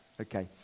Okay